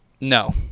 No